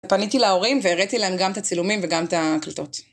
פניתי להורים והראיתי להם גם את הצילומים וגם את ההקלטות.